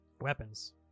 weapons